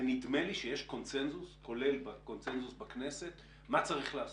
ונדמה לי שיש קונסנזוס כולל קונסנזוס בכנסת מה צריך לעשות.